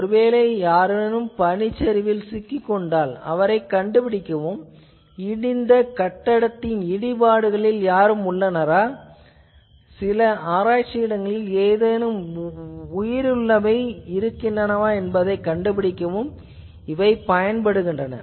ஒருவேளை யாரேனும் பனிச்சரிவில் சிக்கிக் கொண்டால் அவரைக் கண்டுபிடிக்கவும் இடிந்த கட்டிடத்தின் இடிபாடுகளில் யாரும் உள்ளனரா சில ஆராய்ச்சி இடங்களில் ஏதேனும் உயிருள்ளவை இருக்கின்றனவா என்பதைக் கண்டுபிடிக்கவும் இவை உதவுகின்றன